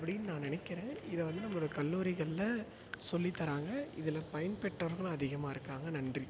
அப்படின்னு நான் நினைக்கிறேன் இதை வந்து நம்மளோட கல்லூரிகளில் சொல்லித் தர்றாங்க இதில் பயன்பெற்றவர்களும் அதிகமாக இருக்காங்க நன்றி